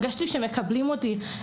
הרגשתי שמקבלים אותי,